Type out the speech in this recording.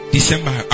December